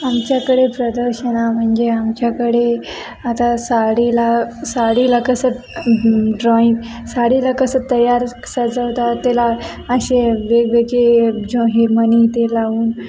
आमच्याकडे प्रदर्शना म्हणजे आमच्याकडे आता साडीला साडीला कसं ड्रॉईंग साडीला कसं तयार सजवता त्याला असे वेगवेगळे जे हे मणी ते लावून